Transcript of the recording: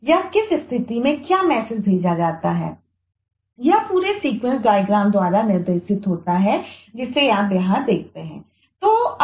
तो यह मैसेज द्वारा निर्देशित होता है जिसे आप यहां देखते हैं